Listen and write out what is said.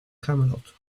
camelot